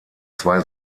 zwei